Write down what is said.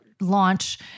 launch